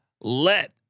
let